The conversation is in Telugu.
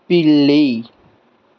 పిల్లి